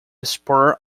spur